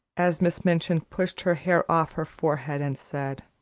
as miss minchin pushed her hair off her forehead and said